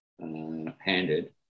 Handed